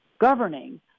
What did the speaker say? governing